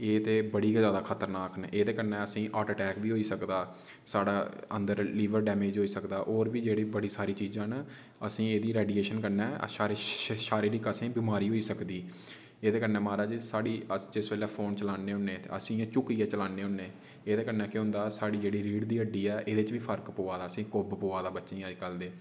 एह् ते बड़ी गै जादा खतरनाक न एह्दे कन्नै असें ई हार्ट अटैक बी होई सकदा साढ़ा अन्दर लिवर डैमेज होई सकदा होर बी जेह्ड़ी बड़ी सारी चीजां न असें ई एह्दी रेडिएशन कन्नै सारे शारीरिक असें ई बमारी होई सकदी एह्दे कन्नै म्हाराज साढ़ी अस जिस बेल्लै फोन चलाने होने ते अस इ'यां झुक्कियै चलाने होने एह्दे कन्नै केह् होंदा साढ़ी जेह्ड़ी रीड़ दी हड्डी ऐ एह्दे च बी फर्क प'वा दा असें गी कु'ब्ब प'वा दा बच्चें ई अज्ज कल दे